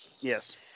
Yes